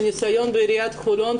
מניסיון בעיריית חולון,